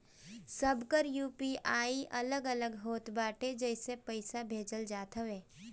सबकर यू.पी.आई अलग अलग होत बाटे जेसे पईसा भेजल जात हवे